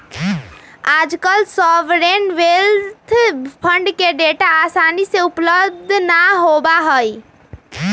आजकल sovereign wealth fund के data आसानी से उपलब्ध ना होबा हई